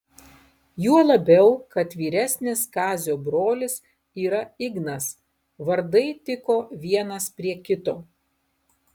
juo labiau kad vyresnis kazio brolis yra ignas vardai tiko vienas prie kito